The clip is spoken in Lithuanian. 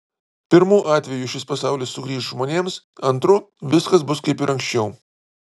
pirmu atveju šis pasaulis sugrįš žmonėms antru viskas bus kaip ir anksčiau